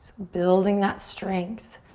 building that strength